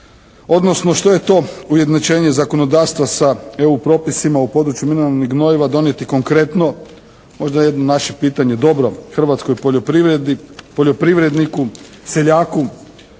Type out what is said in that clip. odnosno što je to ujednačenje zakonodavstva sa EU propisima u području mineralnih gnojiva donijeti konkretno? Možda jedno naše pitanje dobro hrvatskoj poljoprivredi,